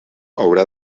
haurà